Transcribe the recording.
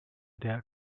der